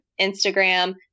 Instagram